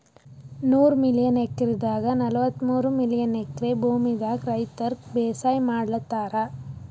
ನೂರ್ million ಎಕ್ರೆದಾಗ್ ನಲ್ವತ್ತಮೂರ್ million acre ಭೂಮಿದಾಗ್ ರೈತರ್ ಬೇಸಾಯ್ ಮಾಡ್ಲತಾರ್